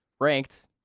ranked